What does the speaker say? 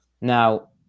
Now